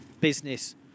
business